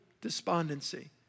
despondency